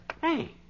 Hey